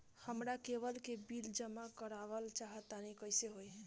हमरा केबल के बिल जमा करावल चहा तनि कइसे होई?